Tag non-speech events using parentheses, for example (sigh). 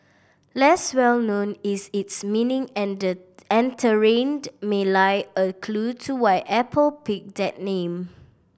less well known is its meaning and and therein (unintelligible) may lie a clue to why Apple picked that name